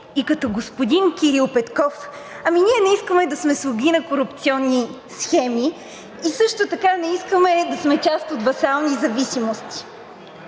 и като господин Кирил Петков – ами ние не искаме да сме слуги на корупционни схеми, също така не искаме да сме част от васални зависимости.